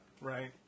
right